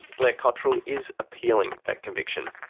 blair cottrell is appealing that conviction.